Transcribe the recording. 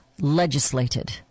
legislated